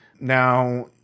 Now